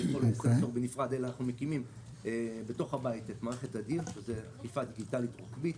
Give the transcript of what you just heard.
אלא מקימים בתוך הבית את מערכת אדי"ר אכיפה דיגיטלית רוחבית.